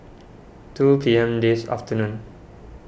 two P M this afternoon